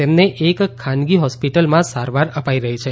તેમને એક ખાનગી હોસ્પિટલમાં સારવાર અપાઇ રહી છે